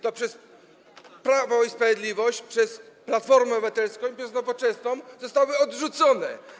To przez Prawo i Sprawiedliwość, przez Platformę Obywatelską i przez Nowoczesną zostały one odrzucone.